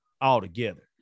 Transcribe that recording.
altogether